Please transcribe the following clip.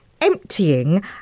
emptying